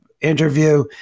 interview